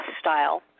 Style